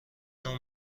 نوع